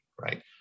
right